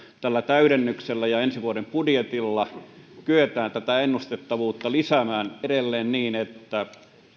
tällä täydennyksellä ja ensi vuoden budjetilla kyetään tätä ennustettavuutta lisäämään edelleen niin että